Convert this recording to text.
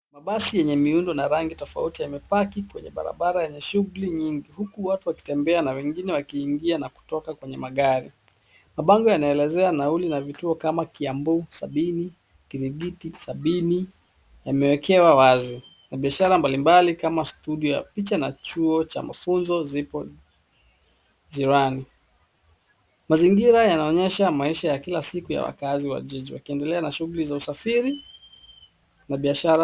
Mabasi yenye rangi na miundo tofauti yamepaki kwenye barabara yenye shughuli nyingi , huku watu wakitembea na wengine wakiingia na kutoka kwenye magari. Mabango yanaelezea nauli na vituo kama kiambu sabini, kiringiti sabini yamewekewa wazi. Mabiashara mbalimbali kama studio ya picha na kituo cha mafunzo zipo njirani. Mazingira yanaonyesha maisha ya kila siku ya wakaazi wa jiji wakiendelea na shughuli za usafiri na biashara.